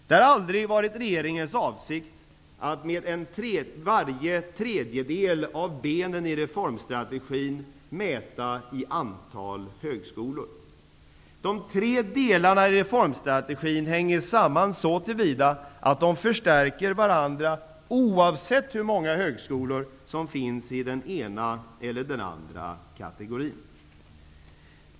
Det har aldrig varit regeringens avsikt att med varje tredjedel av benen i reformstrategin mäta i antal högskolor. De tre delarna i reformstrategin hänger samman så till vida att de förstärker varandra oavsett hur många högskolor som finns i den ena eller den andra kategorin.